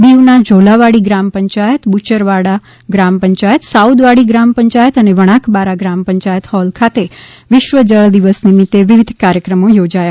દીવના ઝોલાવાડી ગ્રામ પંચાયત બુચરવાડા ગ્રામ પંચાયત સાઉદવાડી ગ્રામ પંચાયત અને વણાકબારા ગ્રામ પંચાયત હોલ ખાતે આજે વિશ્વ જળ દિવસ નિમિત્તે વિવિધ કાર્યક્રમો યોજાયા